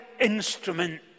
instrument